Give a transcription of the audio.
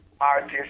artist